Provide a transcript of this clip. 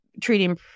treating